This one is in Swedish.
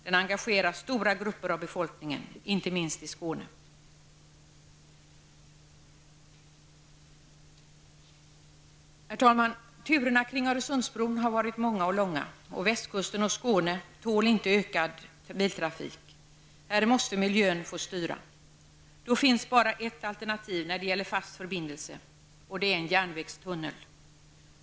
Den engagerar stora grupper av befolkningen, inte minst i Skåne. Herr talman! Turerna kring Öresundsbron har varit många och långa, och västkusten och Skåne tål inte ökad biltrafik. Här måste miljön få styra. Då finns bara ett alternativ vad gäller en fast förbindelse, och det är en järnvägstunnel.